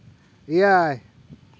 ᱮᱭᱟᱭ